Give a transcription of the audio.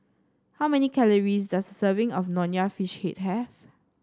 how many calories does serving of Nonya Fish Head have